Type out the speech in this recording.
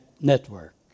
network